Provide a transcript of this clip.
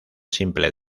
simple